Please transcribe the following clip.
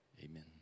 Amen